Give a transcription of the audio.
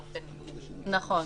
נכון.